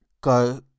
go